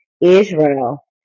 Israel